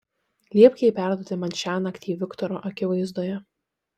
liepk jai perduoti man šiąnakt jį viktoro akivaizdoje